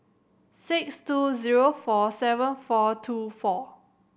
six two zero four seven four two four